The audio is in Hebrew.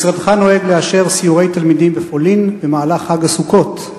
משרדך נוהג לאשר סיורי תלמידים בפולין במהלך חג הסוכות.